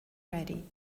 ready